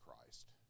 Christ